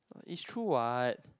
is true [what]